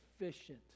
efficient